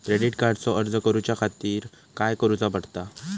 Credit कार्डचो अर्ज करुच्या खातीर काय करूचा पडता?